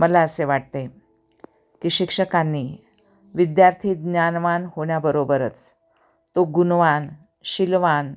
मला असे वाटते की शिक्षकांनी विद्यार्थी ज्ञानवान होण्याबरोबरच तो गुणवान शीलवान